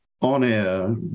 on-air